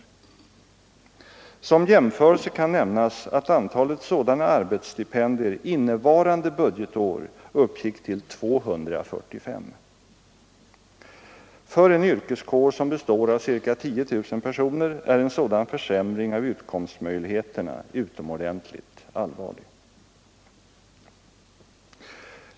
Som jämförelse kan nämnas att antalet sådana arbetsstipendier innevarande budgetår uppgick till 245. För en yrkeskår som består av ca 10 000 personer är en sådan försämring av utkomstmöjligheterna utomordentligt allvarlig.